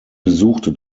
besuchte